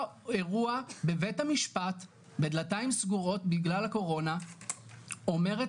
אירוע בבית המשפט בדלתיים סגורות בגלל הקורונה אומרת